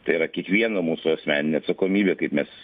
tai yra kiekvieno mūsų asmeninė atsakomybė kaip mes